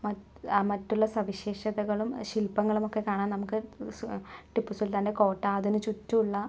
മറ്റു മറ്റുള്ള സവിശേഷതകളും ശില്പങ്ങളും ഒക്കെ കാണാൻ നമുക്ക് ടിപ്പുസുൽത്താൻറെ കോട്ട അതിന് ചുറ്റുമുള്ള